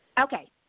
Okay